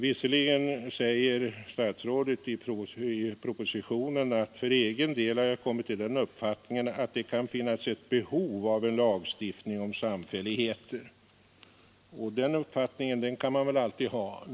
Visserligen säger statsrådet i propositionen att för egen del har han kommit till den uppfattningen att det kan finnas ett behov av en lagstiftning om samfälligheter. Den uppfattningen kan man väl alltid ha.